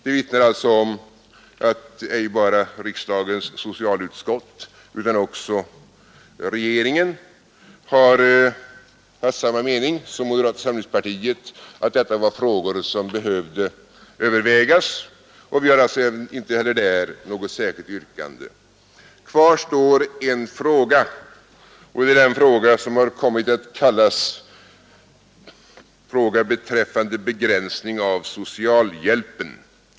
Det vittnar alltså om att inte bara riksdagens socialutskott utan också regeringen har haft samma mening som moderata samlingspartiet, nämligen att detta var frågor som behövde övervägas. Vi har därför inte heller där ställt något särskilt yrkande. Kvar står då en fråga som har kommit att rubriceras ”Beträffande begränsning av socialhjälpen”.